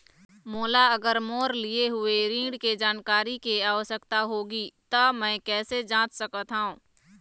मोला अगर मोर लिए हुए ऋण के जानकारी के आवश्यकता होगी त मैं कैसे जांच सकत हव?